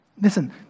Listen